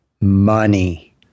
Money